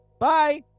Bye